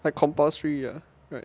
like compulsory right